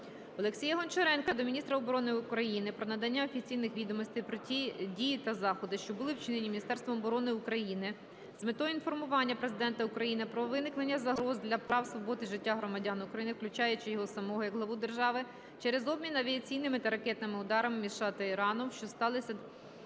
Олексія Гончаренка до міністра оборони України про надання офіційних відповідей про дії та заходи, що були вчинені Міністерством оборони України з метою інформування Президента України про виникнення загроз для прав, свобод і життя громадян України (включаючи його самого, як Главу держави) через обмін авіаційними та ракетними ударами між США та Іраном, що стались